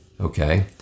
Okay